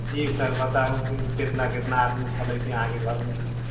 जी sir बताउ कि कितना कितना आदमी छलए कि अहाँके घरमे